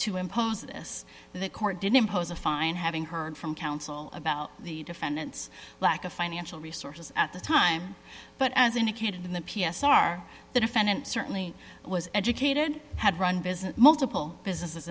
to impose this the court did impose a fine having heard from counsel about the defendant's lack of financial resources at the time but as indicated in the p s r the defendant certainly was educated had run business multiple businesses